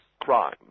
crime